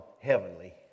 heavenly